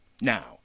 Now